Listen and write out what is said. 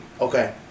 Okay